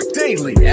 daily